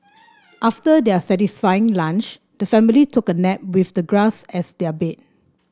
after their satisfying lunch the family took a nap with the grass as their bed